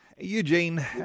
Eugene